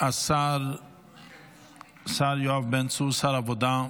השר יואב בן צור, שר העבודה,